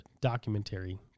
documentary